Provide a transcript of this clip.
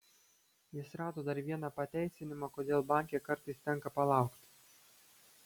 jis rado dar vieną pateisinimą kodėl banke kartais tenka palaukti